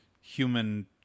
human